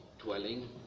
dwelling